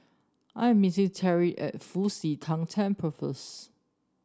I am meeting Teri at Fu Xi Tang Temple first